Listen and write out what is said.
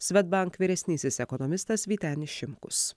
swedbank vyresnysis ekonomistas vytenis šimkus